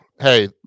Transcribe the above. Hey